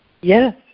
Yes